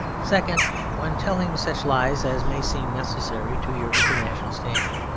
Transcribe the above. second, when telling such lies as may seem necessary to your international standing,